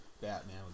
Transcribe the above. Batman